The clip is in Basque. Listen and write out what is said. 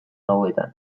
gauetan